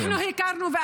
אנחנו הכרנו,